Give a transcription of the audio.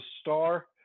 star